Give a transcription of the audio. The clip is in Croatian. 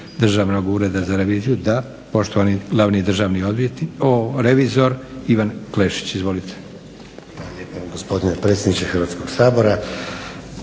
Državnog ureda za reviziju? Da. Poštovani glavni državni revizor Ivan Klešić. Izvolite.